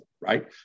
right